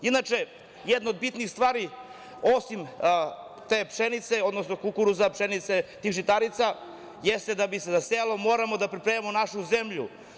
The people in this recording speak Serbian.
Inače, jedna od bitnijih stvari, osim te pšenice, odnosno kukuruza, pšenice, tih žitarica jeste da bi se zasejalo moramo da pripremimo našu zemlju.